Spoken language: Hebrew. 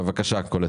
בבקשה, קולט.